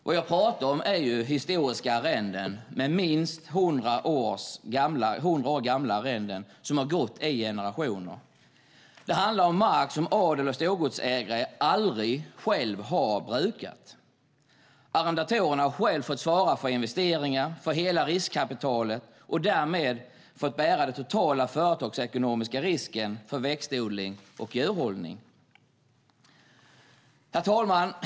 Vad jag talar om är historiska arrenden med minst 100 år gamla arrenden som har gått i arv i generationer. Det handlar om mark som adel och storgodsägare aldrig själva har brukat. Arrendatorerna har själva fått svara för investeringar och för hela riskkapitalet och därmed fått bära den totala företagsekonomiska risken för växtodling och djurhållning. Herr talman!